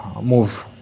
move